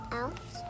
out